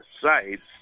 sites